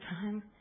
time